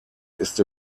ist